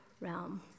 realm